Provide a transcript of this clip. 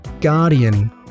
guardian